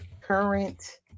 current